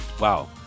Wow